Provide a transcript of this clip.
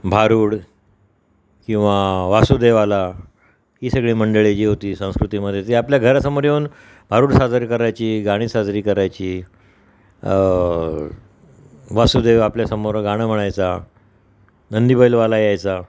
भारूड किंवा वासुदेवाला ही सगळी मंडळी जी होती संस्कृतीमधे ती आपल्या घरासमोर येऊन भारूड सादर करायची गाणी साजरी करायची वासुदेव आपल्यासमोर गाणं म्हणायचा नंदीबैलवाला यायचा